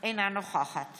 אינה נוכחת